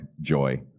joy